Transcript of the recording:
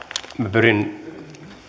pyrin